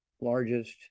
largest